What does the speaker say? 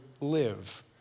live